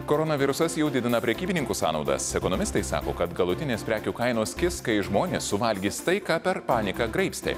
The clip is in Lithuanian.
koronavirusas jau didina prekybininkų sąnaudas ekonomistai sako kad galutinės prekių kainos kis kai žmonės suvalgys tai ką per paniką graibstė